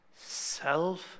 self